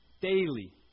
Daily